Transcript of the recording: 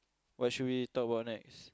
what should we talk about next